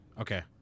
Okay